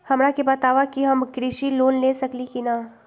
हमरा के बताव कि हम कृषि लोन ले सकेली की न?